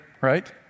Right